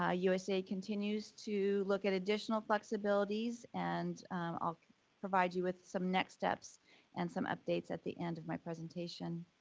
ah usda continues to look at additional flexibilities and i'll provide you with some next steps and some updates at the end of my presentation.